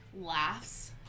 Laughs